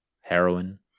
heroin